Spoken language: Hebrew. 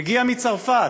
מגיע מצרפת,